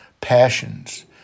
passions